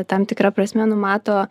tam tikra prasme numato